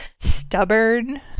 Stubborn